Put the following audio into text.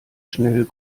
schnell